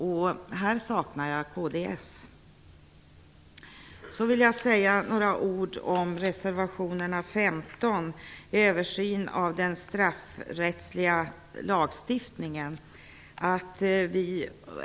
På denna punkt saknar jag kds. Så vill jag något kommentera reservation 15 om översyn av den straffrättsliga lagstiftningen.